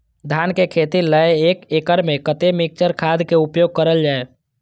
धान के खेती लय एक एकड़ में कते मिक्चर खाद के उपयोग करल जाय?